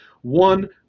One